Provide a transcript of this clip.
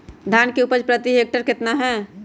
धान की उपज प्रति हेक्टेयर कितना है?